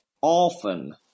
often